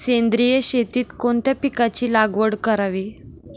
सेंद्रिय शेतीत कोणत्या पिकाची लागवड करावी?